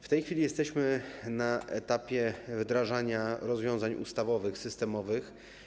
W tej chwili jesteśmy na etapie wdrażania rozwiązań ustawowych, systemowych.